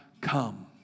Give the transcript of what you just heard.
come